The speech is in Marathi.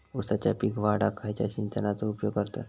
ऊसाचा पीक वाढाक खयच्या सिंचनाचो उपयोग करतत?